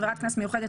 עבירת קנס מיוחדת,